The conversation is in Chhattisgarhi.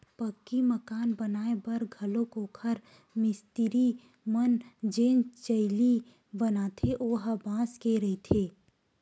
पक्की मकान बनाए बर घलोक ओखर मिस्तिरी मन जेन चइली बनाथे ओ ह बांस के रहिथे